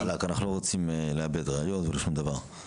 חד וחלק, אנחנו לא רוצים לאבד ראיות ולא שום דבר.